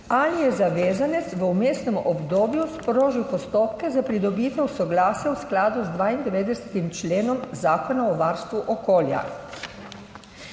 Ali je zavezanec v vmesnem obdobju sprožil postopke za pridobitev soglasja v skladu z 92. členom Zakona o varstvu okolja?